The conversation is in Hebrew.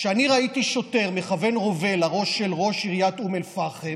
כשאני ראיתי שוטר מכוון רובה לראש של ראש עיריית אום אל-פחם,